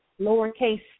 lowercase